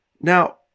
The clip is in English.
Now